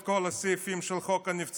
את כל הסעיפים של חוק הנבצרות.